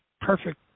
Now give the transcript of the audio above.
perfect